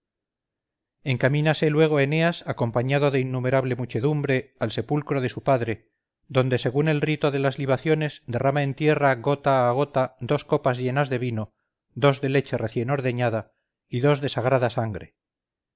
encamínase luego eneas acompañado de innumerable muchedumbre al sepulcro de su padre donde según el rito de las libaciones derrama en tierra gota a gota dos copas llenas de vino dos de leche recién ordeñada y dos de sagrada sangre